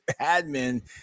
admin